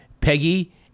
Peggy